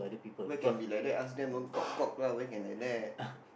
where can we like that ask them don't talk cock lah why can like that